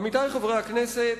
עמיתי חברי הכנסת,